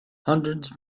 hundreds